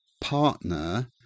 partner